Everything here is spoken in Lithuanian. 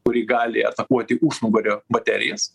kuri gali atakuoti užnugario baterijas